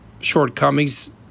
shortcomings